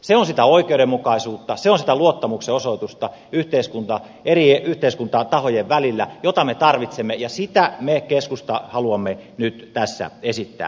se on sitä oikeudenmukaisuutta se on sitä luottamuksen osoitusta eri yhteiskuntatahojen välillä jota me tarvitsemme ja sitä me keskusta haluamme nyt tässä esittää